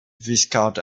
viscount